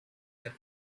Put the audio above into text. that